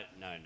no